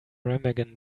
remagen